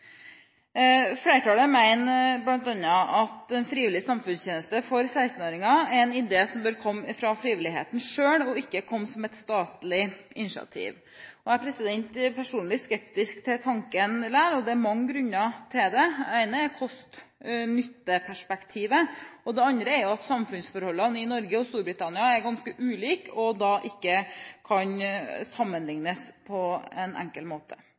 Flertallet mener bl.a. at frivillig samfunnstjeneste for 16-åringer er en idé som bør komme fra frivilligheten selv og ikke som et statlig initiativ. Jeg er personlig skeptisk til tanken likevel. Det er mange grunner til det. Det ene er kost–nytte-perspektivet, det andre er at samfunnsforholdene i Norge og Storbritannia er ganske ulike og ikke kan sammenliknes på en enkel måte.